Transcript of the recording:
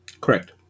Correct